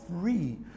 free